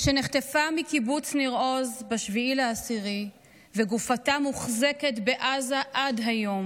שנחטפה מקיבוץ ניר עוז ב-7 באוקטובר וגופתה מוחזקת בעזה עד היום.